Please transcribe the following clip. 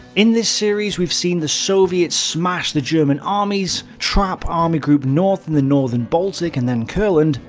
in this series, we've seen the soviets smash the german armies, trap army group north in the northern baltic and then courland,